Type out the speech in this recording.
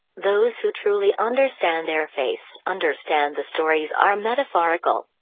those who truly understand their faiths understand the stories are metaphorical.